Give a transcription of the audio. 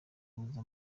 huza